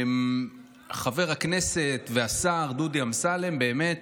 חבר הכנסת והשר דודי אמסלם באמת